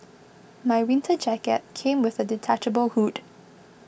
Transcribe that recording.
my winter jacket came with a detachable hood